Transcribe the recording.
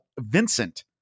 Vincent